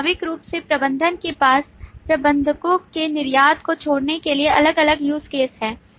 स्वाभाविक रूप से प्रबंधक के पास प्रबंधकों के निर्यात को छोड़ने के लिए अलग अलग use case है